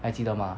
还记得吗